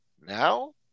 Now